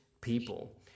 people